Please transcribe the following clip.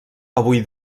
avui